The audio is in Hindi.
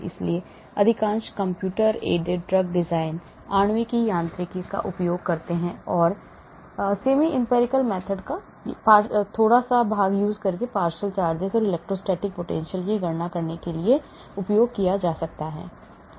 इसलिए अधिकांश कंप्यूटर एडेड ड्रग डिज़ाइन आणविक यांत्रिकी का उपयोग करते हैं और semi empirical method का थोड़ा सा भी partial charges electrostatic potential गणना के लिए उपयोग किया जाता है